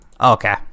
Okay